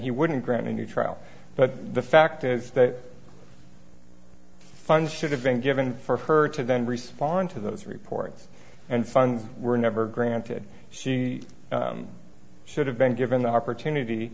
he wouldn't grant a new trial but the fact is that funds should have been given for her to then respond to those reports and funds were never granted she should have been given the opportunity